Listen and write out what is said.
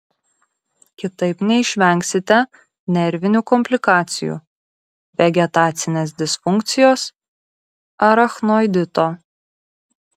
kitaip neišvengsite nervinių komplikacijų vegetacinės disfunkcijos arachnoidito